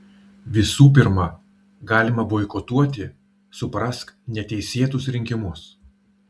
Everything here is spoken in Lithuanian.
visų pirma galima boikotuoti suprask neteisėtus rinkimus